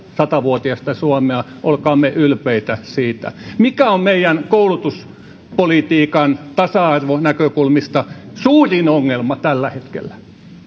sata vuotiasta suomea olkaamme ylpeitä siitä mikä on meidän koulutuspolitiikan tasa arvon näkökulmasta suurin ongelma tällä hetkellä